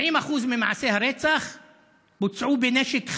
70% ממעשי הרצח בוצעו בנשק חם.